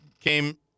came